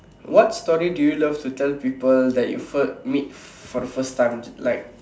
what story do you love to tell people that you first meet for the first time like